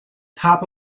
top